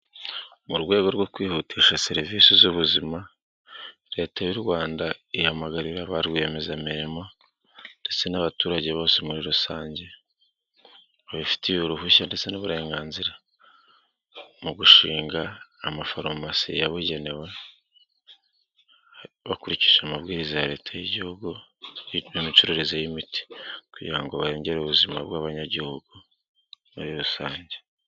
Mu rwego rwo kwihutisha serivisi z'ubuzima Leta y'u Rwanda ihamagarira ba rwiyemezamirimo ndetse n'abaturage bose muri rusange. Babifitiye uruhushya ndetse n'uburenganzira mu gushinga amafarumasi yabugenewe. Bakurikije amabwiriza ya Leta y'igihugu imicururize y'imiti kugira ngo barengere ubuzima bw'abanyagihugu muri rusange.